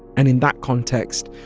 and in that context,